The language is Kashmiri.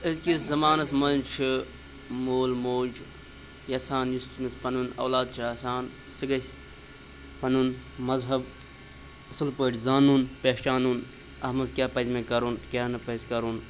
أزۍکِس زَمانَس منٛز چھِ مول موج یَژھان یُس تٔمِس پَنُن اولاد چھُ آسان سُہ گَژھِ پَنُن مَذہَب اَصٕل پٲٹھۍ زانُن پہچانُن اَتھ منٛز کیٛاہ پَزِ مےٚ کَرُن کیٛاہ نہٕ پَزِ کَرُن